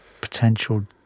potential